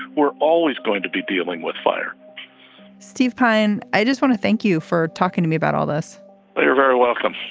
we're always going to be dealing with fire steve pine i just want to thank you for talking to me about all this you're very welcome